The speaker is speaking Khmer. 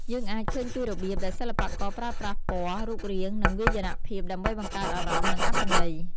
យើងអាចឃើញពីរបៀបដែលសិល្បករប្រើប្រាស់ពណ៌ រូបរាង និងវាយនភាពដើម្បីបង្កើតអារម្មណ៍ និងអត្ថន័យ។